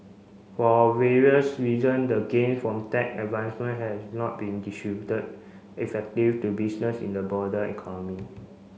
for various reason the gain from tech advancement has not been distributed effective to businesses in the broader economy